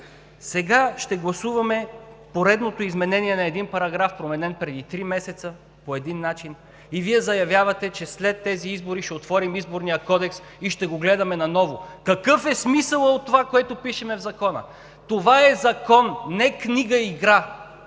Сега ще гласуваме поредното изменение на един параграф, променен преди три месеца по един начин и Вие заявявате, че след тези избори ще отворим Изборния кодекс и ще го гледаме наново. Какъв е смисълът от това, което пишем в Закона? Това е Закон, не книга-игра.